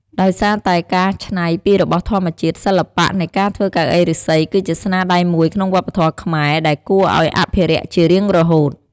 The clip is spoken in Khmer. ដោយសារតែការច្នៃពីរបស់ធម្មជាតិ សិល្បៈនៃការធ្វើកៅអីឫស្សី គឺជាស្នាដៃមួយក្នុងវប្បធម៌ខ្មែរ ដែលគួរឱ្យអភិរក្សជារៀងរហូត។